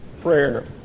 prayer